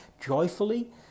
joyfully